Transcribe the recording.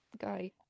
guy